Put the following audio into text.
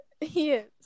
Yes